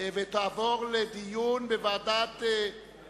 על הצעת חוק לתיקון פקודת מס הכנסה (מס'